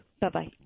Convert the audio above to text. Bye-bye